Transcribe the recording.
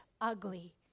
ugly